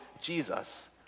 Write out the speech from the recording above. Jesus